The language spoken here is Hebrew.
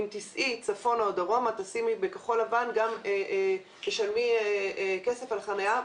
אם תיסעי צפונה או דרומה ותשימי בכחול לבן גם תשלמי כסף על חניה,